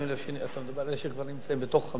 אתה מדבר על אלה שכבר נמצאים בתוך המדינה?